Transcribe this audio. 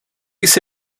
jsi